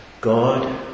God